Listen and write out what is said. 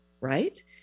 right